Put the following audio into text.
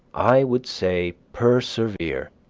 i would say, persevere,